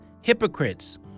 hypocrites